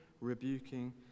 rebuking